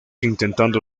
intentando